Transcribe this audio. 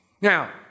Now